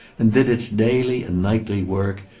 and did its daily and nightly work,